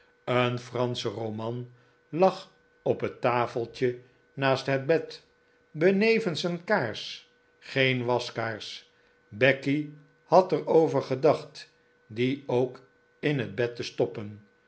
een fransche roman lag op het tafeltje naast het bed benevens een kaars geen waskaars becky had er over gedacht die ook in het bed te stoppen